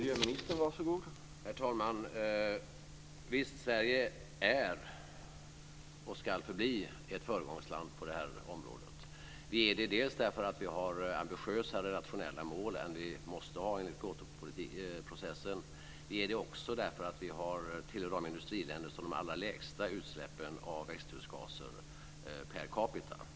Herr talman! Visst, Sverige är och ska förbli ett föregångsland på det här området. Sverige är det dels därför att vi har ambitiösare nationella mål än vi måste ha enligt Kyotoprocessen, dels därför att vi tillhör de industriländer som har de allra lägsta utsläppen av växthusgaser per capita.